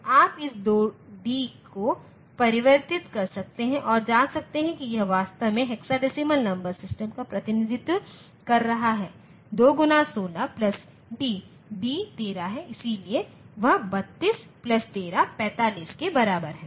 तो आप इस 2D को परिवर्तित कर सकते हैं और जांच सकते हैं कि यह वास्तव में हेक्साडेसिमल नंबर सिस्टम का प्रतिनिधित्व कर रहा है 2 गुना 16 प्लस D D 13 है इसलिए वह 32 प्लस 13 45 के बराबर है